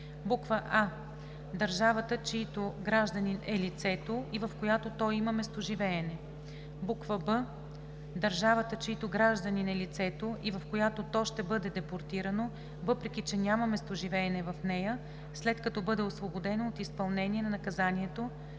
не е: а) държавата, чийто гражданин е лицето и в която то има местоживеене; б) държавата, чийто гражданин е лицето и в която то ще бъде депортирано, въпреки че няма местоживеене в нея, след като бъде освободено от изпълнение на наказанието